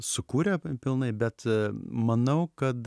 sukūrę pilnai bet manau kad